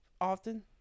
Often